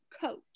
coach